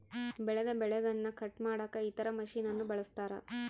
ಬೆಳೆದ ಬೆಳೆಗನ್ನ ಕಟ್ ಮಾಡಕ ಇತರ ಮಷಿನನ್ನು ಬಳಸ್ತಾರ